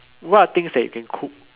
what things that you can cook